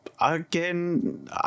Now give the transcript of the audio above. Again